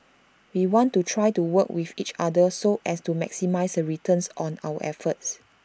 we want to try to work with each other so as to maximise the returns on our efforts